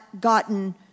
gotten